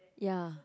ya